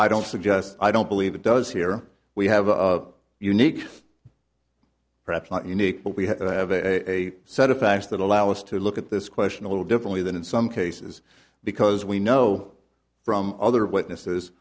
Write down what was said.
suggest i don't believe it does here we have a unique perhaps not unique but we have a set of facts that allow us to look at this question a little differently than in some cases because we know from other witnesses